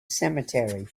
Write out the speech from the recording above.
cemetery